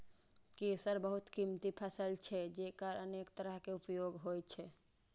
केसर बहुत कीमती फसल छियै, जेकर अनेक तरहक उपयोग होइ छै